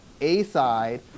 A-side